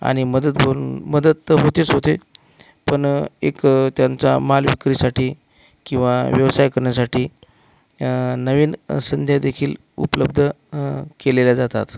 आणि मदत मदत तर होतेच होते पण एक त्यांचा माल विक्रीसाठी किंवा व्यवसाय करण्यासाठी नवीन संध्यादेखील उपलब्ध केलेल्या जातात